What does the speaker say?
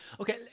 Okay